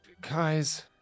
Guys